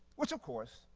which, of course,